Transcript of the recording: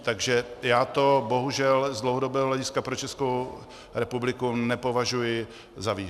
Takže já to bohužel z dlouhodobého hlediska pro Českou republiku nepovažuji za výhru.